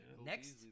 Next